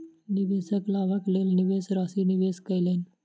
निवेशक लाभक लेल निवेश राशि निवेश कयलैन